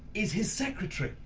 is his secretary,